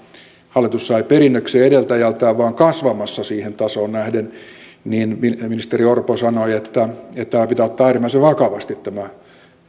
hallitus sai perinnöksi edeltäjältään vaan kasvamassa siihen tasoon nähden niin ministeri orpo sanoi että pitää ottaa äärimmäisen vakavasti tämä